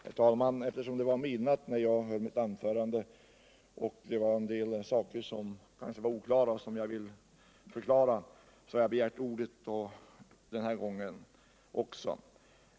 Herr talman! Eftersom det var midnatt när jag höll mitt anförande och det kanske var en del saker som var oklara, som jag vill förklara, har jag begärt ordet även i dag.